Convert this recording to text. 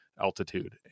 altitude